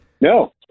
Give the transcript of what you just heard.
no